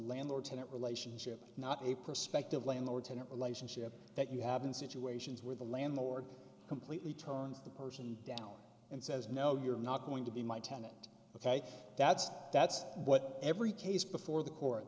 landlord tenant relationship not a prospective landlord tenant relationship that you have in situations where the landlord completely turns the person down and says no you're not going to be my tenant ok that's that's what every case before the court